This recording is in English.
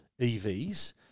EVs